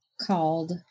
called